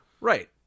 Right